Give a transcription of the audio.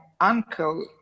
uncle